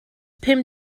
pum